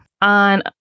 on